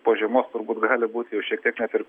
po žiemos turbūt gali būti jau šiek tiek net ir